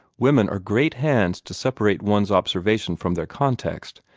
women are great hands to separate one's observations from their context,